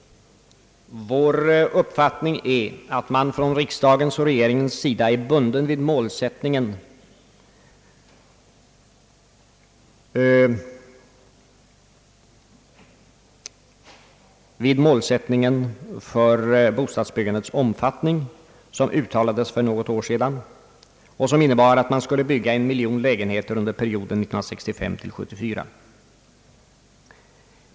Vår uppfattning är att man från riksdagens och regeringens sida är bunden vid den målsättning för bostadsbyggandets omfattning som uttalades för något år sedan och som innebar att man skulle bygga 1 miljon lägenheter under perioden 1965—1974.